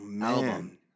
album